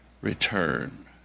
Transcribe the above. return